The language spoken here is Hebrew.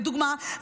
לדוגמה,